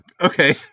Okay